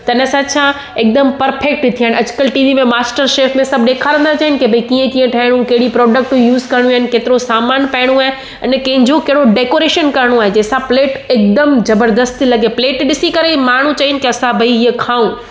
त इनसां छा हिकदमि परफेक्ट थियण अॼुकल्ह टी वी में मास्टर शेफ में सभु ॾेखारींदा आहिनि के भई कीअं कीअं ठाहिणो कहिड़ी प्रोडक्ट यूज़ करणियूं आहिनि केतिरो सामान पइणो आहे अने कंहिंजो कहिड़ो डेकोरेशन करिणो आहे जंहिंसां प्लेट हिकदमि ज़बरदस्तु लॻे प्लेट ॾिसी करे माण्हू चवनि की असां भई ईअ खाऊं